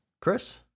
chris